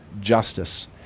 justice